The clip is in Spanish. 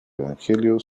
evangelio